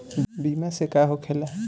बीमा से का होखेला?